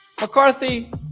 McCarthy